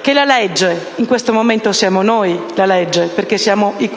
che: «La legge» - (in questo momento siamo noi la legge, perché siamo i